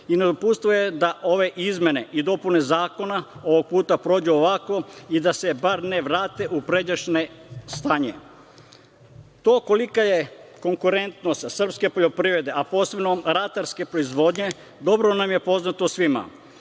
i nedopustivo je da ove izmene i dopune zakona ovog puta prođu ovako i da se bar ne vrate u pređašnje stanje. To kolika je konkurentnost srpske poljoprivrede, a pogotovo ratarske proizvodnje, dobro nam je poznato svima.